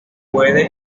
puede